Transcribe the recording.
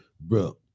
Bro